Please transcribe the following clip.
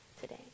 today